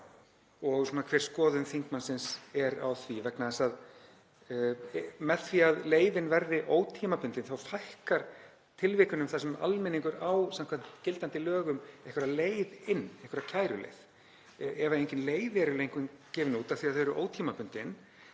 og hver skoðun þingmannsins er á því. Með því að leyfin verði ótímabundin þá fækkar tilvikunum þar sem almenningur á samkvæmt gildandi lögum einhverja leið inn, einhverja kæruleið. Ef engin leyfi eru gefin út af því að þau eru ótímabundin